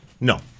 No